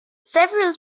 several